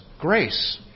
grace